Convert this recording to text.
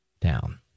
down